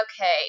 okay